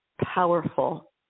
powerful